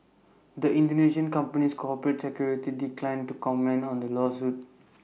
the Indonesian company's corporate secretary declined to comment on the lawsuit